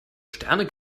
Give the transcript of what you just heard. sterne